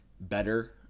better